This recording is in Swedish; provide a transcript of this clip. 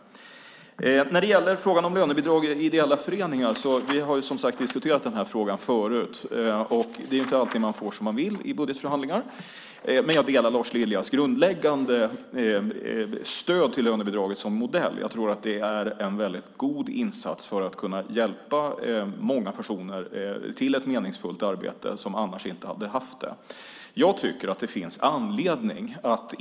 När det gäller frågan om lönebidrag och ideella föreningar - vi har ju diskuterat frågan förut; det är inte alltid som man får som man vill i budgetförhandlingar - delar jag Lars Liljas grundläggande stöd till lönebidraget som modell. Jag tror att det är en väldigt god insats när det gäller att kunna hjälpa många personer till ett meningsfullt arbete - människor som annars inte hade haft det.